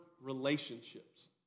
relationships